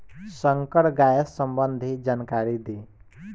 संकर गाय संबंधी जानकारी दी?